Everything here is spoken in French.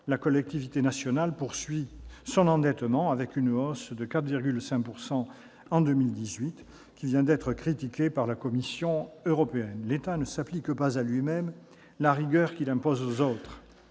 la collectivité nationale poursuit son endettement, avec une hausse de 4,5 % en 2018, qui vient d'être critiquée par la Commission européenne. L'État ne s'applique pas à lui-même la rigueur qu'il impose aux autres.